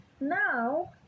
Now